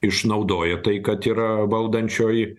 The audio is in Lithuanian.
išnaudoja tai kad yra valdančioji